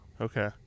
okay